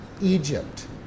egypt